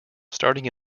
starting